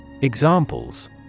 Examples